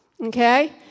Okay